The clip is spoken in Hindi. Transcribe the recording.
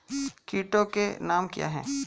कीटों के नाम क्या हैं?